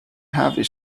have